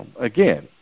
again